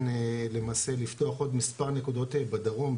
למעשה לפתוח עוד מספר נקודות בדרום,